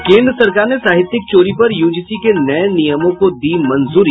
और केंद्र सरकार ने साहित्यिक चोरी पर यूजीसी के नये नियमों को दी मंजूरी